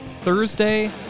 Thursday